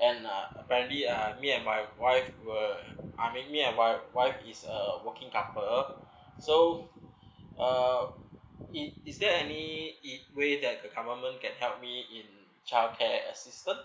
and uh apparently uh me and my wife will uh me and my wife is a working couple so uh is is there any it way that government can help me in child care assistance